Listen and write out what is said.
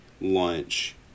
Lunch